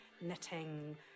knitting